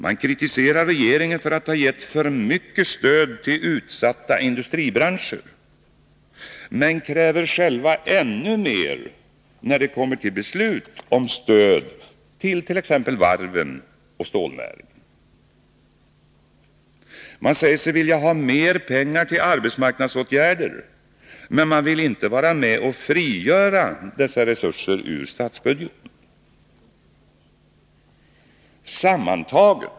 Man kritiserar regeringen för att ha gett för mycket stöd till utsatta industribranscher — men kräver själv ännu mer när det kommer till beslut om stöd till t.ex. varven och stålnäringen. Man säger sig vilja ha mer pengar till arbetsmarknadsåtgärder — men vill inte vara med och frigöra resurser ur statsbudgeten för detta.